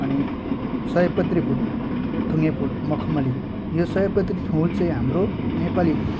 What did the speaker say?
अनि सयपत्री फुल थुँगे फुल मखमली यो सयपत्री फुल चाहिँ हाम्रो नेपालीको